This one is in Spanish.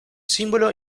símbolo